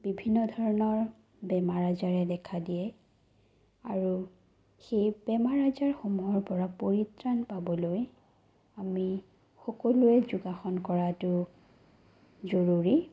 বিভিন্ন ধৰণৰ বেমাৰ আজাৰে দেখা দিয়ে আৰু সেই বেমাৰ আজাৰসমূহৰ পৰা পৰিত্ৰাণ পাবলৈ আমি সকলোৱে যোগাসন কৰাটো জৰুৰী